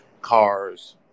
cars